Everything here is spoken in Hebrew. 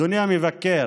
אדוני המבקר,